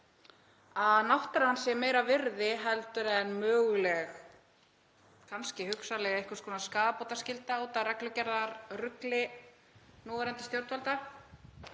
að náttúran sé meira virði heldur en kannski hugsanlega einhvers konar skaðabótaskylda út af reglugerðarrugli núverandi stjórnvalda.